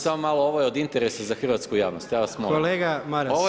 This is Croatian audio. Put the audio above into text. Samo malo, ovo je od interesa za hrvatsku javnost, ja vas molim.